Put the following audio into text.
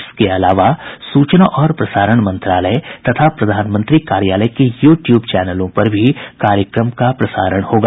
इसके अलावा सूचना और प्रसारण मंत्रालय तथा प्रधानमंत्री कार्यालय के यू ट्यूब चैनलों पर भी कार्यक्रम का प्रसारण होगा